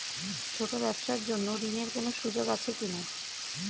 ছোট ব্যবসার জন্য ঋণ এর কোন সুযোগ আছে কি না?